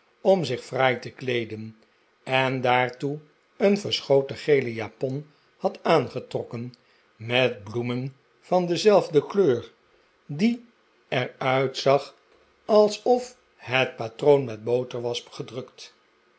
om zich fraai te kleeden en daartoe een verschoten gele japon had aangetrokken met bloemen van dezelfde kleur die er uittom's argeloosheid zag alsof het patroon met boter was gedrukt